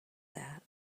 that